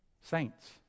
saints